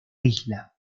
isla